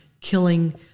killing